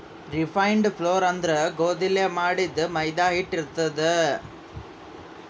refined flour ಅಂದ್ರ ಗೋಧಿಲೇ ಮಾಡಿದ್ದ್ ಮೈದಾ ಹಿಟ್ಟ್ ಇರ್ತದ್